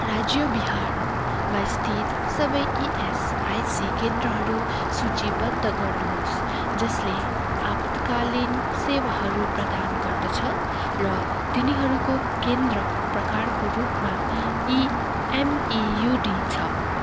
राज्य बिहारमा स्थित सबै इएसआइसी केन्द्रहरू सूचीबद्ध गर्नुहोस् जसले आपतकालीन सेवाहरू प्रदान गर्दछ र तिनीहरूको केन्द्र प्रकारको रूपमा इएमइयुडी छ